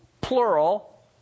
plural